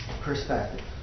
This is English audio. perspective